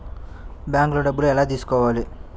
బ్యాంక్లో డబ్బులు ఎలా తీసుకోవాలి?